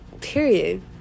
Period